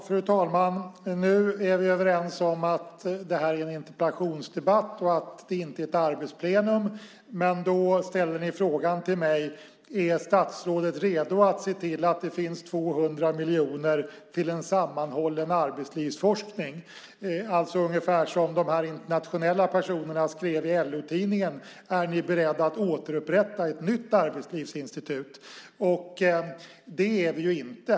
Fru talman! Nu är vi överens om att det här är en interpellationsdebatt och att det inte är ett arbetsplenum. Då ställer ni frågan till mig: Är statsrådet redo att se till att det finns 200 miljoner till en sammanhållen arbetslivsforskning? Alltså ungefär som i de internationella personernas kväde i LO-tidningen: Är ni beredda att återupprätta ett arbetslivsinstitut? Det är vi inte.